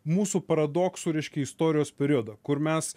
mūsų paradoksų reiškia istorijos periodą kur mes